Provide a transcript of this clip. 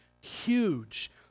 huge